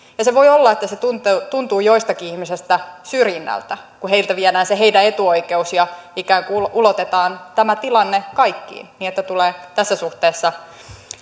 voi olla että se tuntuu tuntuu joistakin ihmisistä syrjinnältä kun heiltä viedään se heidän etuoikeutensa ja ikään kuin ulotetaan tämä tilanne kaikkiin niin että tulee tässä suhteessa